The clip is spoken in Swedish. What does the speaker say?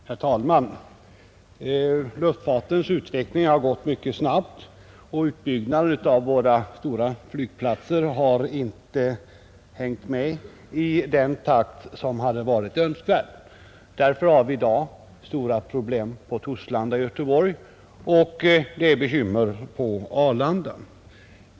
Herr talman! Luftfartens utveckling har gått mycket snabbt, och utbyggnaden av våra stora flygplatser har inte skett i den takt som hade varit önskvärd. Därför har vi i dag stora problem på Torslanda i Göteborg, och det är bekymmer också på Arlanda.